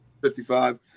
55